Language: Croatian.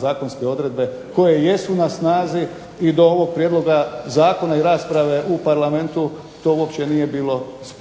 zakonske odredbe koje jesu na snazi i do ovog prijedloga zakona i rasprave u Parlamentu to uopće nije bilo sporno.